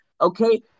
Okay